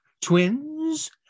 twins